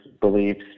beliefs